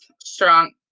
strong